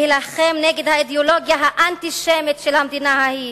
להילחם נגד האידיאולוגיה האנטישמית של המדינה ההיא.